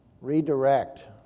Redirect